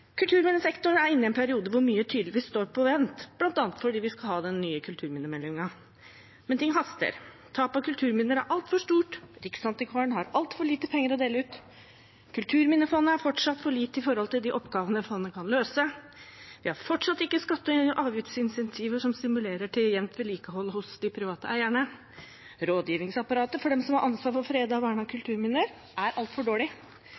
Kulturminnesektoren er inne i en periode da mye tydeligvis står på vent, bl.a. fordi vi skal ha den nye kulturminnemeldingen. Men ting haster! Tapet av kulturminner er altfor stort. Riksantikvaren har altfor lite penger å dele ut. Kulturminnefondet er fortsatt for lite i forhold til de oppgavene fondet kan løse. Vi har fortsatt ikke skatte- og avgiftsincentiver som stimulerer til jevnt vedlikehold hos de private eierne. Rådgivningsapparatet for dem som har ansvar for fredede og vernede kulturminner, er altfor dårlig.